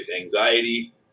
anxiety